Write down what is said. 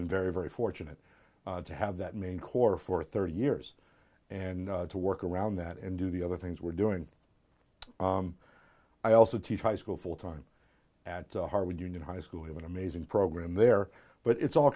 been very very fortunate to have that main core for thirty years and to work around that and do the other things we're doing i also teach high school full time at harvard union high school have an amazing program there but it's all